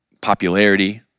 popularity